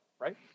right